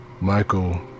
Michael